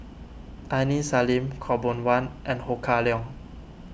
Aini Salim Khaw Boon Wan and Ho Kah Leong